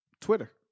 Twitter